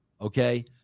okay